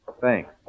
Thanks